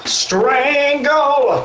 strangle